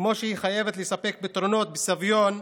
כמו שהיא חייבת לספק פתרונות בסביון,